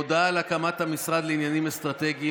הודעה על הקמת המשרד לעניינים אסטרטגיים